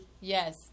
yes